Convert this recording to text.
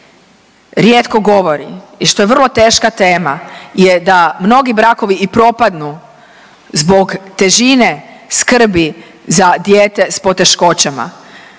rijetko govori i što je vrlo teška tema je da mnogi brakovi i propadnu zbog težine skrbi za dijete s poteškoćama.